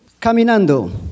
Caminando